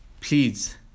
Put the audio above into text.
please